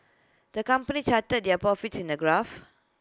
the company charted their profits in A graph